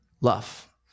love